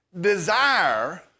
desire